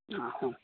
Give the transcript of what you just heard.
ಹಾಂ ಹ್ಞೂ